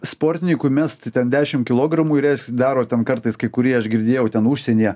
sportininkui mest ten dešimt kilogramų ir jas daro ten kartais kai kurie aš girdėjau ten užsienyje